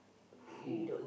who